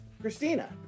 Christina